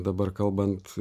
dabar kalbant